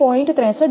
6302 છે જે 19